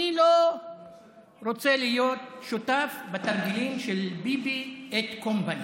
אני לא רוצה להיות שותף בתרגילים של ביבי אנד קומפני.